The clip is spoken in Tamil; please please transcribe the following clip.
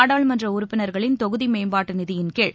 நாடாளுமன்ற உறுப்பினர்களின் தொகுதி மேம்பாட்டு நிதியின் கீழ்